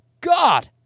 God